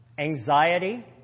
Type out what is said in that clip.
anxiety